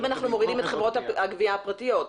אנחנו מורידים את חברות הגבייה הפרטיות.